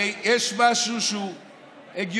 הרי יש משהו שהוא הגיוני,